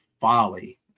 folly